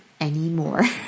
anymore